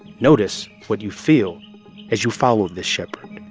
notice what you feel as you followed the shepherd